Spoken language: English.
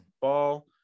Ball